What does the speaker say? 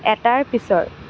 এটাৰ পিছৰ